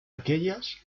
aquellas